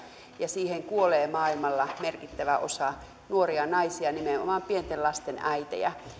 ja siihen kuolee maailmalla merkittävä osa nuoria naisia nimenomaan pienten lasten äitejä